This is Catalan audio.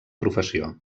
professió